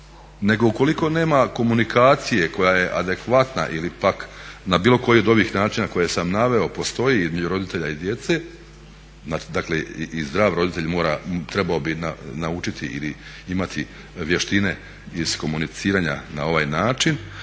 nego ukoliko nema komunikacije koja je adekvatna ili pak na bilo koji od ovih načina koje sam naveo postoji između roditelja i djece, dakle i zdrav roditelj mora, trebao bi naučiti ili imati vještine iz komuniciranja na ovaj način,